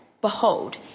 behold